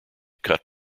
cut